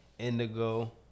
Indigo